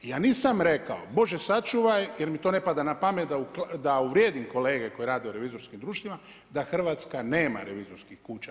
Ja nisam rekao, Bože sačuvaj jer mi to ne pada na pamet da uvrijedim kolege koje rade u revizorskim društvima da Hrvatska nema revizorskih kuća.